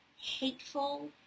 hateful